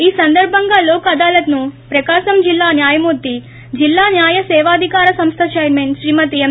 ఈ సందర్బంగా లోక్ అదాలత్ ను ప్రకాశం జిల్లా న్నాయమూర్తి జిల్లా న్యాయ సేవాధికార సంస్థ చైర్మ న్ శ్రీమతి ఎం